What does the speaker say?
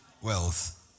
wealth